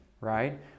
right